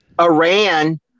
Iran